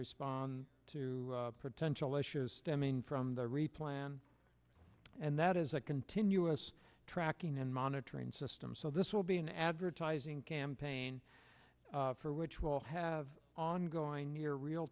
respond to potential issues stemming from the replan and that is a continuous tracking and monitoring system so this will be an advertising campaign for which will have ongoing near real